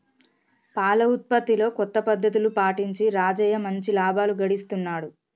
పాల ఉత్పత్తిలో కొత్త పద్ధతులు పాటించి రాజయ్య మంచి లాభాలు గడిస్తున్నాడు